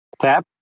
Tap